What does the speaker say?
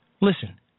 Listen